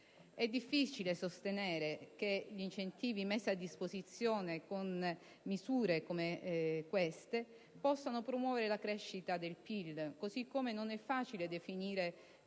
È difficile sostenere che gli incentivi messi a disposizione con simili misure possano promuovere la crescita del PIL, così come non è facile definire